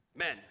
Men